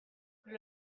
leur